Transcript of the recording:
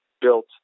built